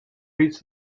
reads